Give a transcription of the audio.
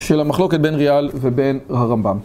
של המחלוקת בין ריה"ל ובין הרמב״ם